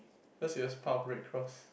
cause it was part of red cross